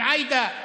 עם עאידה.